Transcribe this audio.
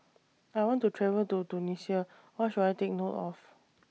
I want to travel to Tunisia What should I Take note of